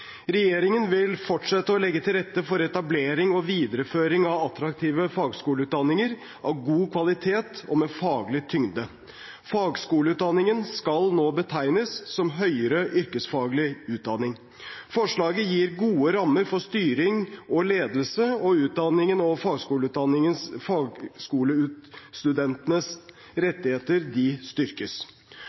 Regjeringen vil fortsette å legge til rette for etablering og videreføring av attraktive fagskoleutdanninger av god kvalitet og med faglig tyngde. Fagskoleutdanningen skal nå betegnes som høyere yrkesfaglig utdanning. Forslaget gir gode rammer for styring og ledelse av utdanningen, og fagskolestudentenes rettigheter styrkes.